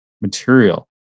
material